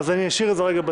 אני אשאיר את זה בצד.